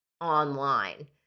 online